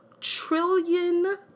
trillion